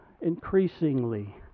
increasingly